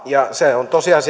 ja se on tosiasia